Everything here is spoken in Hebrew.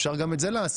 אפשר גם את זה לעשות,